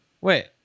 wait